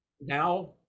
Now